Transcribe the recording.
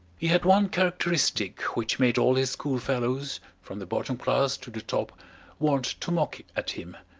he had one characteristic which made all his schoolfellows from the bottom class to the top want to mock at him,